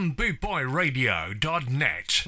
bootboyradio.net